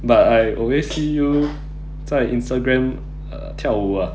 but I always see you 在 Instagram 跳舞 ah